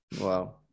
wow